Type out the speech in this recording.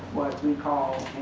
we call